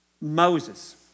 Moses